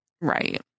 Right